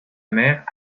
mère